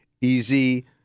easy